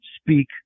speak